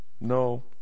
no